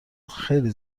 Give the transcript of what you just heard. خیلی